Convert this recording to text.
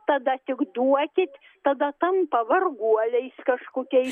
tada tik duokit tada tampa varguoliais kažkokiais